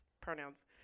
pronouns